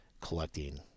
collecting